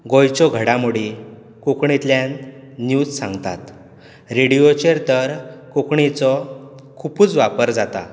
गोंयच्यो घडामोडी कोंकणीतल्यांन न्यूज सांगतात रेडियोचेर तर कोंकणीचो खुबूच वापर जाता